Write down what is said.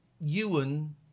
Ewan